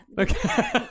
Okay